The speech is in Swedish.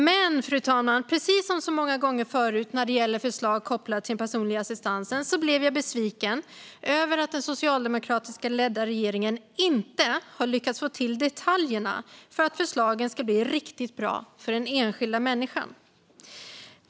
Men, fru talman, precis som så många gånger förut när det gäller förslag kopplade till den personliga assistansen blev jag besviken över att den socialdemokratiskt ledda regeringen inte har lyckats få till detaljerna för att förslagen ska bli riktigt bra för den enskilda människan.